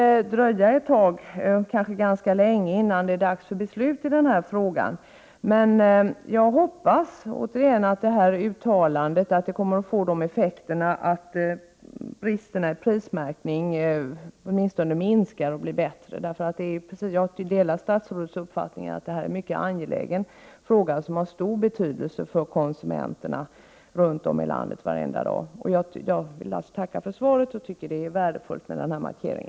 1988/89:64 tag, kanske ganska länge, innan det är dags för beslut i denna fråga. Jag 9 februari 1989 hoppas att detta uttalande kommer att få den effekten att bristerna i fråga om prismärkningen åtminstone minskar och att prismärkningen så småningom blir bättre. Jag delar statsrådets uppfattning att detta är en mycket angelägen fråga som har stor betydelse för konsumenterna runt om i landet varje dag. Jag tackar än en gång för svaret, och jag tycker att det är värdefullt med denna markering.